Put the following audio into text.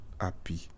happy